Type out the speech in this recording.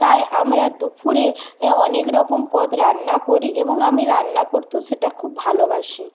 তাই আমরা দুপুরে এ অনেক রকম পদ রান্না করি এবং আমি রান্না করতেও সেটা খুব ভালোবাসি